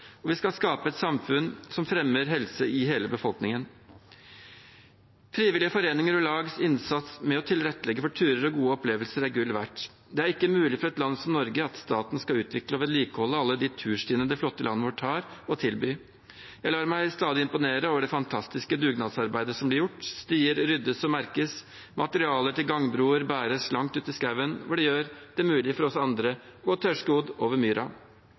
helseforskjeller. Vi skal skape et samfunn som fremmer helse i hele befolkningen. Frivillige foreninger og lags innsats med å tilrettelegge for turer og gode opplevelser er gull verdt. Det er ikke mulig for et land som Norge at staten skal utvikle og vedlikeholde alle de turstiene det flotte landet vårt har å tilby. Jeg lar meg stadig imponere over det fantastiske dugnadsarbeidet som blir gjort – stier ryddes og merkes, materialer til gangbroer bæres langt ut i skogen og gjør det mulig for oss andre å gå tørrskodd over myra.